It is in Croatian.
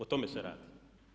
O tome se radi.